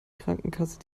krankenkasse